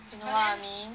you know what I mean